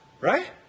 Right